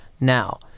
Now